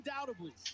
undoubtedly